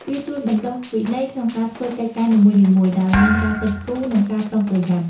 វាជួយបណ្ដុះវិន័យក្នុងការធ្វើកិច្ចការនីមួយៗ ដោយមានការគិតគូរ និងការប្រុងប្រយ័ត្ន។